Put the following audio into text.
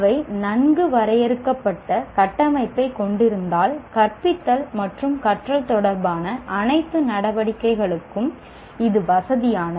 அவை நன்கு வரையறுக்கப்பட்ட கட்டமைப்பைக் கொண்டிருந்தால் கற்பித்தல் மற்றும் கற்றல் தொடர்பான அனைத்து நடவடிக்கைகளுக்கும் இது வசதியானது